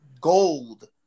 gold